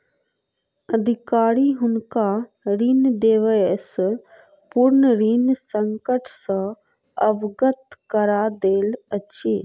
अधिकारी हुनका ऋण देबयसॅ पूर्व ऋण संकट सॅ अवगत करा दैत अछि